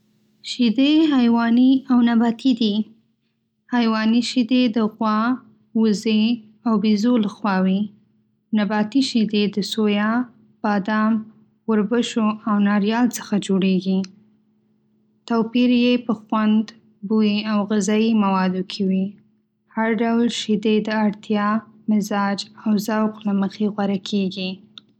شیدې حیواني او نباتي دي. حیواني شیدې د غوا، وزې او بیزو له خوا وي. نباتي شیدې د سویا، بادام، وربشو او ناریال څخه جوړېږي. توپیر یې په خوند، بوی، او غذایي موادو کې وي. هر ډول شیدې د اړتیا، مزاج او ذوق له مخې غوره کېږي.